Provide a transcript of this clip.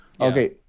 Okay